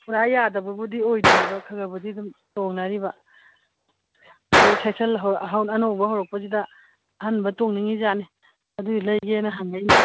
ꯄꯨꯔꯥ ꯌꯥꯗꯕꯕꯨꯗꯤ ꯑꯣꯏꯗ꯭ꯔꯤꯕ ꯈꯔꯈꯔꯕꯨꯗꯤ ꯑꯗꯨꯝ ꯇꯣꯡꯅꯔꯤꯕ ꯑꯗ ꯁꯦꯛꯁꯜ ꯑꯅꯧꯕ ꯍꯧꯔꯛꯄꯁꯤꯗ ꯑꯍꯟꯕ ꯇꯣꯡꯅꯤꯡꯏꯖꯥꯠꯅꯤ ꯑꯗꯨꯒꯤ ꯂꯩꯒꯦꯅ ꯍꯪꯉꯛꯏꯅꯤ